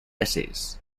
essays